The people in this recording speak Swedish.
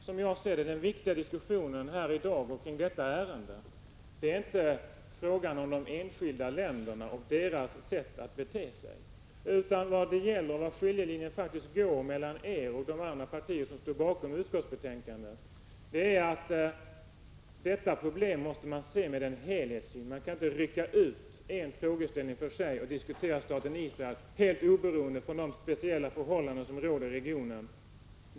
Som jag ser det är den viktiga diskussionen i detta ärende i dag inte frågan om de enskilda länderna och deras sätt att bete sig. Skiljelinjen mellan vpk och de andra partier som står bakom utskottsbetänkandet gäller helhetssynen. Det går inte att rycka ut en frågeställning för sig och diskutera staten Israel helt oberoende av de speciella förhållanden som råder i regionen.